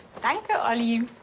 thank ah ah you!